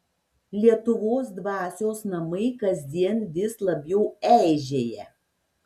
lietuvos dvasios namai kasdien vis labiau eižėja